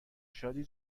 شادی